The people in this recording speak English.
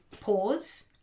pause